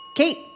Kate